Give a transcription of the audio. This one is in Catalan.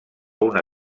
una